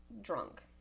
drunk